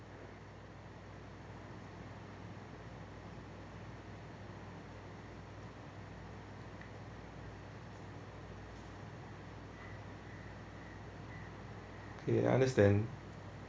okay I understand